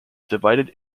divided